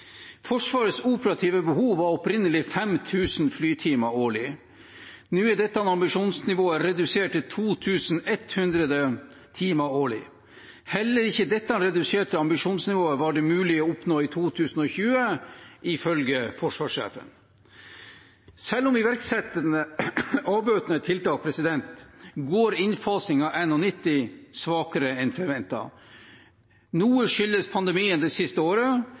Forsvarets operative behov var opprinnelig 5 000 flytimer årlig. Nå er dette ambisjonsnivået redusert til 2 100 timer årlig. Heller ikke dette reduserte ambisjonsnivået var det mulig å oppnå i 2020, ifølge forsvarssjefen. Selv om vi iverksetter avbøtende tiltak, går innfasingen av NH90 svakere enn forventet. Noe skyldes pandemien det siste året,